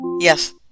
Yes